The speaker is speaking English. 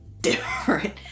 different